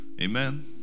Amen